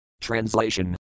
Translation